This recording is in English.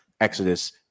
Exodus